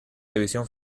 división